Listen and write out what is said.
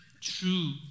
true